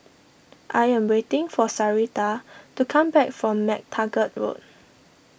I am waiting for Sarita to come back from MacTaggart Road